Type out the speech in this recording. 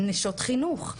נשות חינוך.